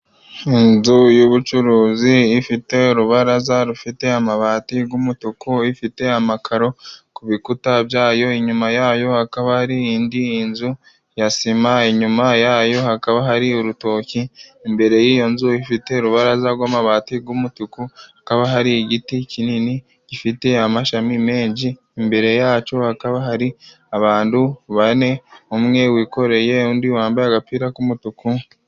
Inzu y'ubucuruzi ifite urubaraza rufite amabati y'umutuku, ifite amakaro ku bikuta byayo, inyuma yayo hakaba hari indi nzu ya sima, inyuma yayo hakaba hari urutoki, imbere y'iyo nzu ifite urubaraza rw'amabati y'umutuku, hakaba hari igiti kinini gifite amashami menshi, imbere yacyo hakaba hari abantu bane, umwe wikoreye, undi wambaye agapira k'umutuku.